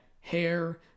hair